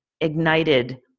ignited